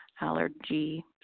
allergy